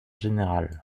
général